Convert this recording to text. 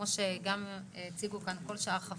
כולם העלו את זה אחד אחרי השני.